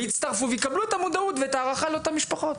ויצטרפו ויקבלו את המודעות ואת ההערכה לאותן משפחות.